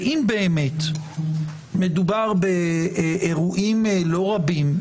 אם באמת מדובר באירועים לא רבים,